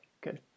Good